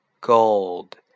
gold